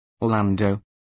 Orlando